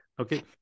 Okay